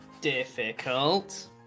difficult